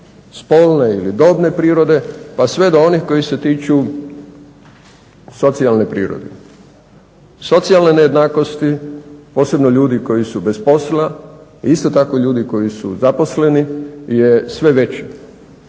spolne ili dobne prirode pa sve do onih koji se tiču socijalne prirode, socijalne nejednakosti posebno ljudi koji su bez posla i isto tako ljudi koji su zaposleni je sve veći.